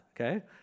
okay